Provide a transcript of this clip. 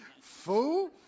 Fool